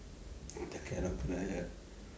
cannot find ah